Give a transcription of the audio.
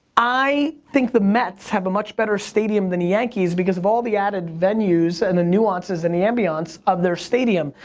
i think the mets have a much better stadium than the yankees because of all the added venues and the nuances and the ambiance of their stadium.